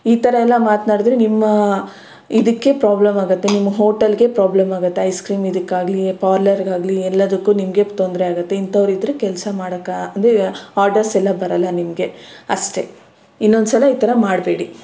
ಈ ಥರ ಎಲ್ಲ ಮಾತನಾಡಿದ್ರೆ ನಿಮ್ಮ ಇದಕ್ಕೆ ಪ್ರಾಬ್ಲಮ್ ಆಗುತ್ತೆ ನಿಮ್ಮ ಹೋಟಲ್ಲಿಗೆ ಪ್ರಾಬ್ಲಮ್ ಆಗುತ್ತೆ ಐಸ್ ಕ್ರೀಮ್ ಇದಕಾಗಲಿ ಪಾರ್ಲರಿಗಾಗಲಿ ಎಲ್ಲದಕ್ಕೂ ನಿಮಗೆ ತೊಂದರೆ ಆಗುತ್ತೆ ಇಂಥವರು ಇದ್ದರೆ ಕೆಲಸ ಮಾಡಕ್ಕೆ ಆಗದೆ ಆರ್ಡರ್ಸ್ ಎಲ್ಲ ಬರಲ್ಲ ನಿಮಗೆ ಅಷ್ಟೆ ಇನ್ನೊಂದು ಸಲ ಈ ಥರ ಮಾಡಬೇಡಿ